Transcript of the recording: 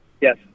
Yes